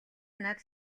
над